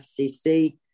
FCC